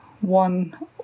one